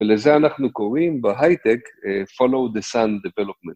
ולזה אנחנו קוראים בהייטק Follow the Sun Development.